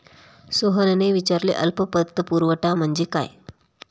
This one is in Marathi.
सोहनने विचारले अल्प पतपुरवठा म्हणजे काय?